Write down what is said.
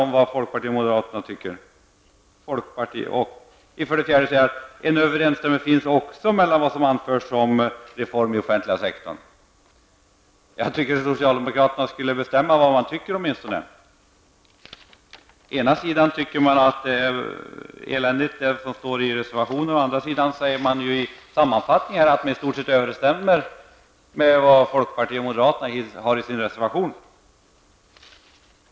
För det fjärde står det: ''En överensstämmelse återfinns också mellan vad som anförs i propositionen och -- när det gäller krav på reformer i den offentliga sektorn --''. Jag tycker att socialdemokraterna skall bestämma sig för vad de tycker. Å ena sidan tycker de att det som står i reservationen är eländigt. Å andra sidan säger de i sammanfattningen att det finns en överensstämmelse med vad folkpartiet och moderaterna har tagit fram i sin reservation.